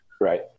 right